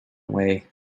away